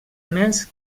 més